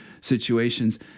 situations